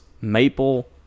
maple